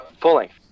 Full-length